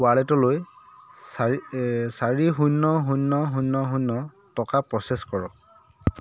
ৱালেটলৈ চাৰি এই চাৰি শূন্য শূন্য শূন্য শূন্য টকা প্ৰচেছ কৰক